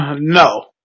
No